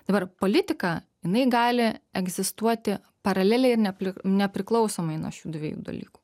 dabar politika jinai gali egzistuoti paraleliai nepli nepriklausomai nuo šių dviejų dalykų